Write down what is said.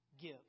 give